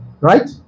Right